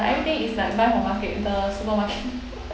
everything is like buy from market the supermarket